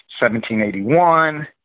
1781